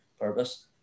purpose